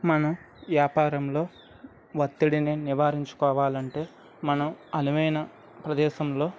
మనం వ్యాపారంలో ఒత్తిడిని నివారించుకోవాలి అంటే మనం అనువైన ప్రదేశంలో